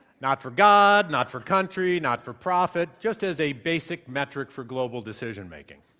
not for god, not for country, not for profit just as a basic metric for global decision-making.